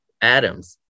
atoms